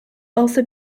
also